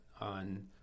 on